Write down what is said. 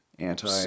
anti